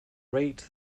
rate